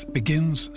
begins